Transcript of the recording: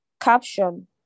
Caption